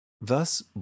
Thus